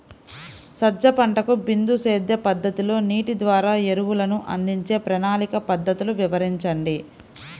సజ్జ పంటకు బిందు సేద్య పద్ధతిలో నీటి ద్వారా ఎరువులను అందించే ప్రణాళిక పద్ధతులు వివరించండి?